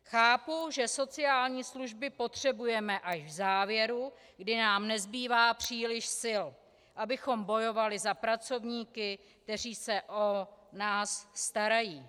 Chápu, že sociální služby potřebujeme až v závěru, kdy nám nezbývá příliš sil, abychom bojovali za pracovníky, kteří se o nás starají.